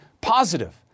positive